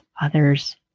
others